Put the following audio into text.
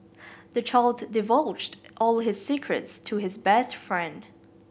the child divulged all his secrets to his best friend